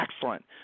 excellent